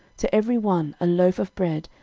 to every one a loaf of bread,